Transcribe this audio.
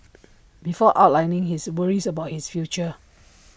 before outlining his worries about his future